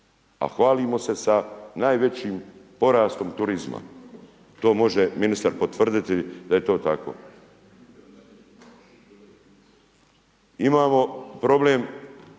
a hvalimo se sa najvećim porastom turizma, to može ministar potvrditi da je to tako. Imamo problem